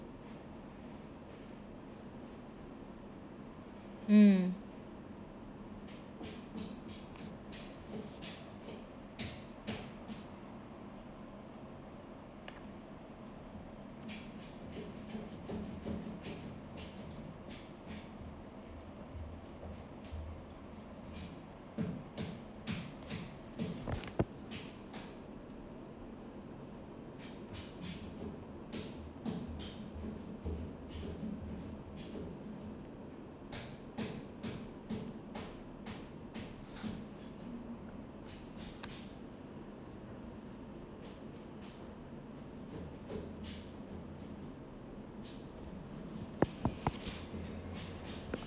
mm